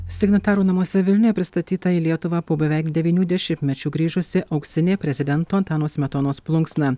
signatarų namuose vilniuje pristatyta į lietuvą po beveik devynių dešimtmečių grįžusi auksinė prezidento antano smetonos plunksna